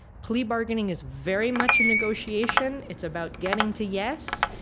plea bargaining is very much a negotiation. it's about getting to. yes.